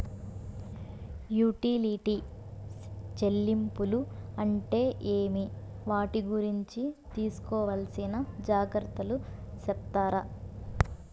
Utility చెల్లింపులు అంటే ఏమి? వాటి గురించి తీసుకోవాల్సిన జాగ్రత్తలు సెప్తారా?